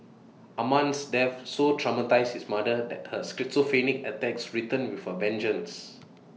Amman's death so traumatised his mother that her schizophrenic attacks returned with A vengeance